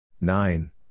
nine